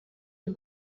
y’u